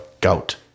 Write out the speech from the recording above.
gout